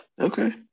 Okay